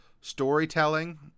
storytelling